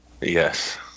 yes